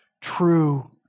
true